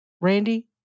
Randy